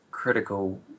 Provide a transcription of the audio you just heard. Critical